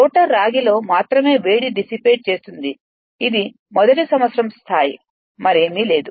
rotor రాగిలో మాత్రమే వేడి డిస్సిపేట్ చేస్తుందిఇది మొదటి సంవత్సరం స్థాయి మరేమీ లేదు